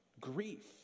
grief